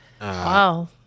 Wow